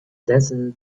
desert